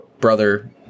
brother